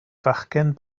fachgen